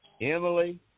Emily